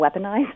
weaponized